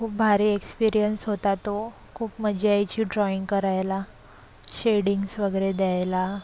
खूप भारी एक्सपीरियंस होता तो खूप मज्जा यायची ड्राइंग करायला शेडिंग्स वगैरे द्यायला